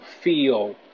feel